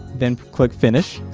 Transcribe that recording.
then click finish